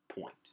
point